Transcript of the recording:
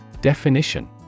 Definition